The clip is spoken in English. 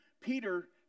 Peter